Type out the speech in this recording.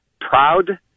Proud